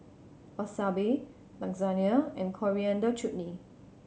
Wasabi Lasagne and Coriander Chutney